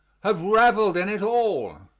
have reveled in it all.